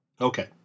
Okay